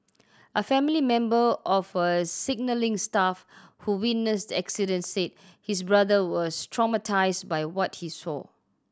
a family member of a signalling staff who witnessed the accident said his brother was traumatised by what he saw